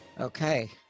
Okay